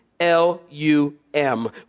L-U-M